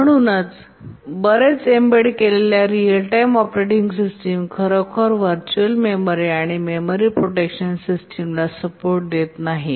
म्हणूनच बरेच एम्बेड केलेल्या रीअल टाइम ऑपरेटिंग सिस्टम खरोखर व्हरचूअल मेमरी आणि मेमरी प्रोटेक्शन सिस्टमला सपोर्ट देत नाहीत